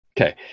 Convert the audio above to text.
Okay